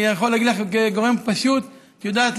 אני יכול להגיד לך גורם פשוט: את יודעת